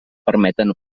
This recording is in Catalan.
permeten